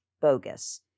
bogus